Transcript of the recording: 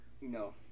No